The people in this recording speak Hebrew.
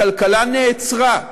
הכלכלה נעצרה.